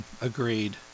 Agreed